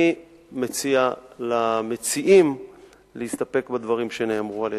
אני מציע למציעים להסתפק בדברים שאמרתי כאן.